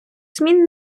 змін